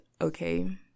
okay